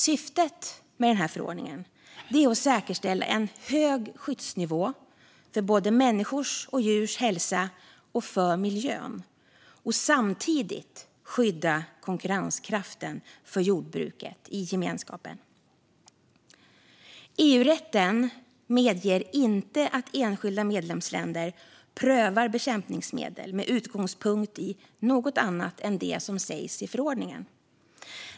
Syftet med förordningen är att säkerställa en hög skyddsnivå för både människors och djurs hälsa och för miljön och samtidigt skydda konkurrenskraften för jordbruket i gemenskapen. EU-rätten medger inte att enskilda medlemsländer prövar bekämpningsmedel med utgångspunkt i något annat än det som sägs i förordningen.